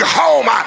home